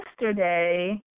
yesterday